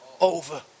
over